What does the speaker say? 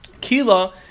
Kila